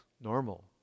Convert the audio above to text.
normal